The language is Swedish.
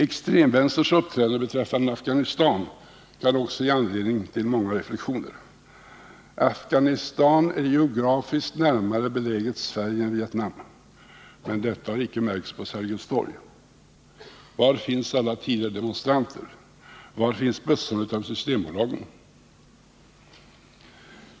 Extremvänsterns uppträdande beträffande Afghanistan kan också ge anledning till många reflexioner. Afghanistan är geografiskt närmare beläget Sverige än Vietnam, men detta har icke märkts på Sergels torg. Var finns alla tidigare demonstranter? Var finns bössorna utanför systembolagen?